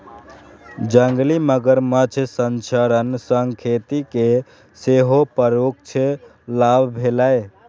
जंगली मगरमच्छ संरक्षण सं खेती कें सेहो परोक्ष लाभ भेलैए